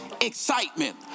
excitement